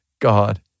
God